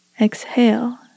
exhale